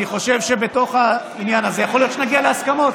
אני חושב שבתוך העניין הזה יכול להיות שנגיע להסכמות.